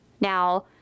Now